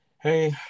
hey